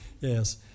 Yes